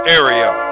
area